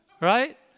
Right